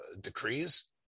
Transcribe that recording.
decrees